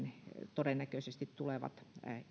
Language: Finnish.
todennäköisesti tulevat